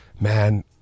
man